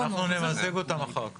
נמזג אותם אחר כך.